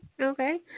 okay